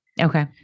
Okay